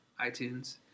iTunes